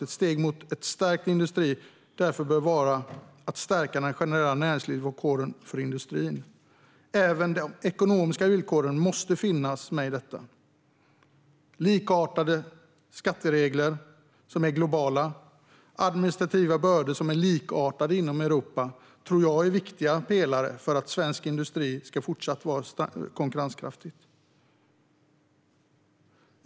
Ett steg mot en stärkt industri bör därför vara att stärka de generella näringsvillkoren för industrin. Även de ekonomiska villkoren måste finnas med i detta. Likartade skatteregler som är globala och administrativa bördor som är likartade inom Europa tror jag är viktiga pelare för att svensk industri fortsatt ska vara konkurrenskraftig.